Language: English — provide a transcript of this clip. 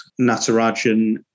natarajan